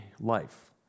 life